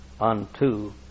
unto